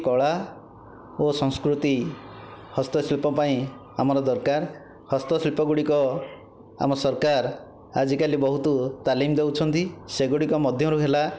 କଳା ଓ ସଂସ୍କୃତି ହସ୍ତଶିଳ୍ପ ପାଇଁ ଆମର ଦରକାର ହସ୍ତଶିଳ୍ପ ଗୁଡ଼ିକ ଆମ ସରକାର ଆଜିକାଲି ବହୁତ ତାଲିମ ଦେଉଛନ୍ତି ସେଗୁଡ଼ିକ ମଧ୍ୟରୁ ହେଲା